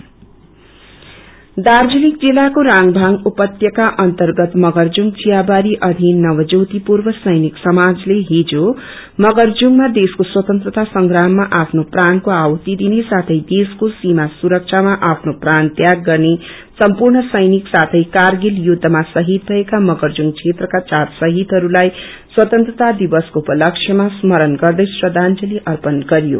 मार्दस दार्जीलिङ जिल्लाको रांगभाग उपतयका अर्न्तगत मगरजुंग चियाबारी अधिन नव जयोति पूर्व सैनिक समाजले छिज मगर्जुगमा देशको स्वततन्त्रता संप्रामा आफ्नो प्राणको आहुति दिने साथै देशको सीमा सुरक्षामा आप्राण तयाग गर्ने सम्पूण सैनिक साथै कारगित युखमा शहीद भएका मगरजुंग क्षेत्रका चार शहीदहस्लाई छिज स्वतंत्रता दिवसको उपलश्यमा स्मरण गर्दै श्रदाजंली अप्रण गरयो